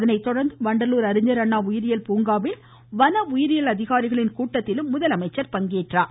அதனைத்தொடர்ந்து வண்டலூர் அறிஞர் அண்ணா உயிரியில் பூங்காவில் வன உயிரியல் அதிகாரிகளின் கூட்டத்தில் அவர் பங்கேற்றார்